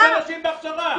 אנשים בהכשרה.